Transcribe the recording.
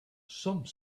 some